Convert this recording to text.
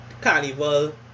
carnival